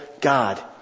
God